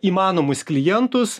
įmanomus klientus